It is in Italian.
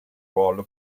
ruolo